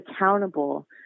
accountable